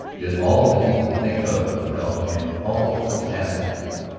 did all that he could think of to help and all that was asked of him.